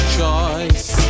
choice